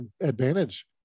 advantage